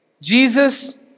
Jesus